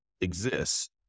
exists